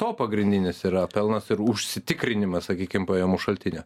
to pagrindinis yra pelnas ir užsitikrinimas sakykim pajamų šaltinio